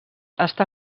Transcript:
està